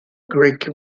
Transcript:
greek